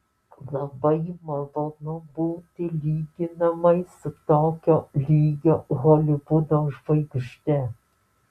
labai malonu būti lyginamai su tokio lygio holivudo žvaigžde